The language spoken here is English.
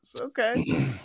Okay